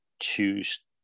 choose